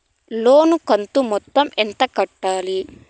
లోను కంతు మొత్తం ఎంత కట్టాలి?